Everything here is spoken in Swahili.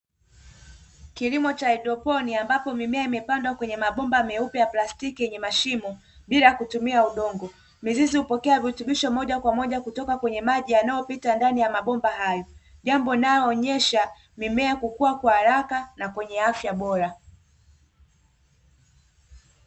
Kilimo cha haidroponi, ambapo mimea imepandwa kwenye mabomba meupe ya plastiki yenye mashimo, bila kutumia udongo. Mizizi hupokea virutubisho moja kwa moja kutoka kwenye maji yanayopita ndani ya mabomba hayo. Jambo linaloonyesha mimea kukua kwa haraka na kwenye afya bora.